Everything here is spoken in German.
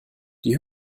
die